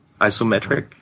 Isometric